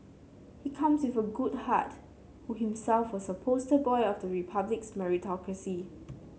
he comes with a good heart who himself was a poster boy of the Republic's meritocracy